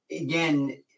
again